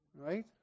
right